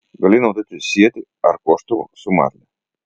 gali naudoti sietį ar koštuvą su marle